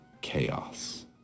chaos